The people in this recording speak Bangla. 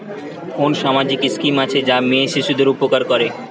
কোন সামাজিক স্কিম আছে যা মেয়ে শিশুদের উপকার করে?